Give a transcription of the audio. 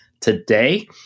today